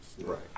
Right